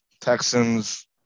Texans